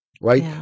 right